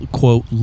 quote